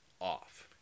off